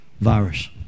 virus